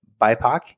BIPOC